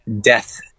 death